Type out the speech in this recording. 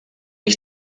ich